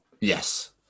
Yes